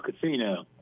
Casino